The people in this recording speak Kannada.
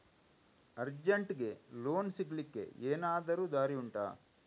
ಅರ್ಜೆಂಟ್ಗೆ ಲೋನ್ ಸಿಗ್ಲಿಕ್ಕೆ ಎನಾದರೂ ದಾರಿ ಉಂಟಾ